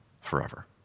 forever